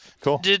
Cool